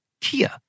kia